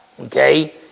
okay